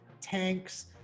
tanks